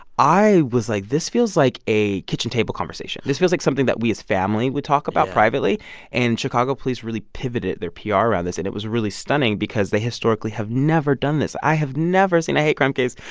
i was like, this feels like a kitchen table conversation. this feels like something that we as family would talk about privately yeah and chicago police really pivoted their pr ah around this. and it was really stunning because they historically have never done this. i have never seen a hate crime case.